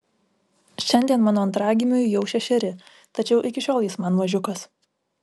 šiandien mano antragimiui jau šešeri tačiau iki šiol jis man mažiukas